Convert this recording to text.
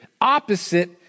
opposite